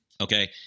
Okay